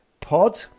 Pod